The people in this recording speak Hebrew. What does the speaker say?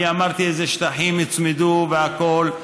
אני אמרתי איזה שטחים יוצמדו והכול.